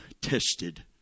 tested